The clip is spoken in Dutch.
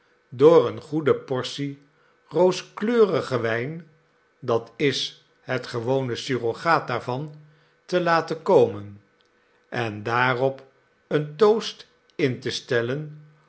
door eene goede portie rooskleurigen wijn dat is het gewone surrogaat daarvan te laten komen en daarop een toast in te stellen